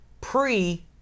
pre